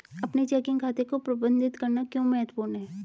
अपने चेकिंग खाते को प्रबंधित करना क्यों महत्वपूर्ण है?